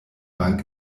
bank